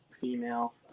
female